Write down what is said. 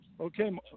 okay